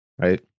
right